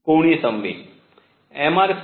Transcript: कोणीय संवेग mR2 के बराबर है